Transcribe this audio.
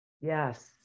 Yes